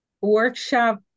Workshop